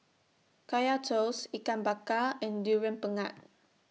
Kaya Toast Ikan Bakar and Durian Pengat